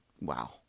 wow